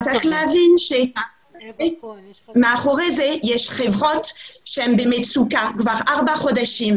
אבל צריך להבין שמאחורי זה יש חברות שהן במצוקה כבר ארבעה חודשים,